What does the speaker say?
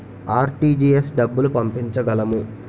RTGS డబ్బులు పంపించగలము?